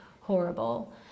horrible